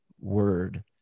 word